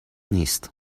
نیست